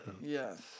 Yes